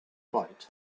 bite